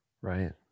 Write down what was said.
Right